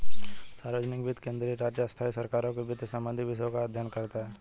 सार्वजनिक वित्त केंद्रीय, राज्य, स्थाई सरकारों के वित्त संबंधी विषयों का अध्ययन करता हैं